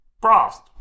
Frost